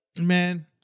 Man